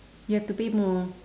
you have to pay more